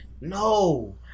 No